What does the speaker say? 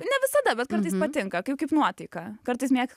ne visada bet kartais patinka kai kaip nuotaika kartais mėgstu